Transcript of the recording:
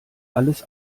alles